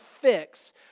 fix